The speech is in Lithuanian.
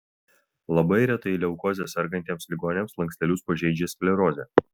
labai retai leukoze sergantiems ligoniams slankstelius pažeidžia sklerozė